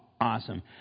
awesome